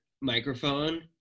microphone